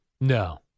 No